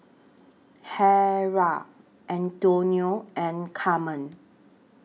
Harrell Antionette and Carmen